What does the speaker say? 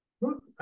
look